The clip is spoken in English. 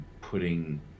putting